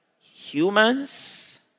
humans